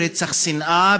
רצח שנאה,